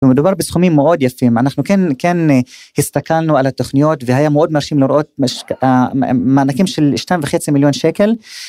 מדובר בסכומים מאוד יפים אנחנו כן כן הסתכלנו על התוכניות והיה מאוד מרשים לראות מענקים של שתיים וחצי מיליון שקל.